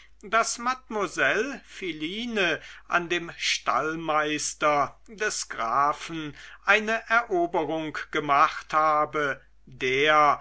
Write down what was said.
daß mademoiselle philine an dem stallmeister des grafen eine eroberung gemacht habe der